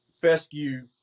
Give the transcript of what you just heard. fescue